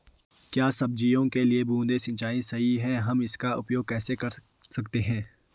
क्या सब्जियों के लिए बूँद से सिंचाई सही है हम इसका उपयोग कैसे कर सकते हैं?